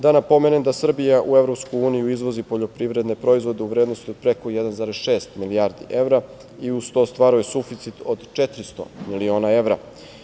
Da na pomenem da Srbija u EU izvozi poljoprivredne proizvode u vrednosti od preko 1,6 milijardi evra i uz to ostvaruje suficit od 400 miliona evra.